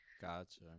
gotcha